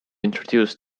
introduced